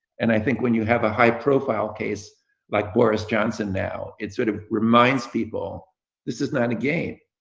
and i think when you have a high profile case like boris johnson now, it sort of remind people this is not a game,